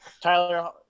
Tyler